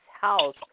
house